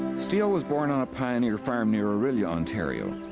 steele was born on a pioneer farm near orillia, ontario.